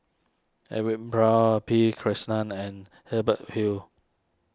Edwin Brown P Krishnan and Hubert Hill